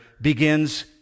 begins